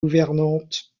gouvernante